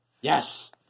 Yes